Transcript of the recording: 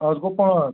آز گوٚو پانٛژھ